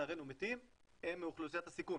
ולצערנו מתים הם מאוכלוסיית הסיכון